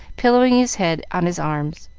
pillowing his head on his arms.